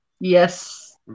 Yes